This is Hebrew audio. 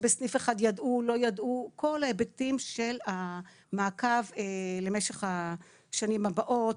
בסניף אחד ידעו או לא ידעו כל ההיבטים של המעקב למשך השנים הבאות,